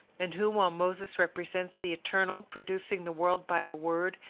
and who, while moses represents the eternal producing the world by a word,